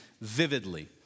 vividly